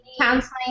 counseling